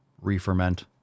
re-ferment